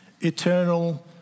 Eternal